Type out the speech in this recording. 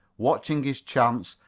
watching his chance,